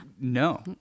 No